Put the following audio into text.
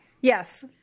yes